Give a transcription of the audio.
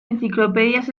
enciclopedias